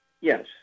Yes